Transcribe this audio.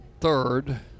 third